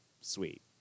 sweet